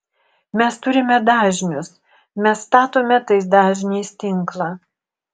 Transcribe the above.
mes turime dažnius mes statome tais dažniais tinklą